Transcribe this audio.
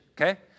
Okay